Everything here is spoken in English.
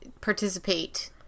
participate